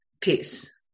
peace